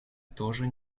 тоже